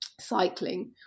cycling